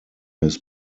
his